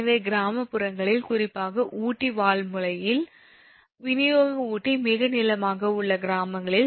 எனவே கிராமப்புறங்களில் குறிப்பாக ஊட்டி வால் முனையில் விநியோக ஊட்டி மிக நீளமாக உள்ள கிராமங்களில் 7